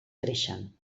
creixen